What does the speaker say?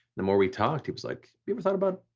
the more we talked, he was like you ever thought about